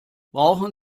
brauchen